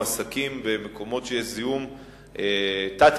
העסקים במקומות שיש בהם זיהום תת-קרקעי,